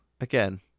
Again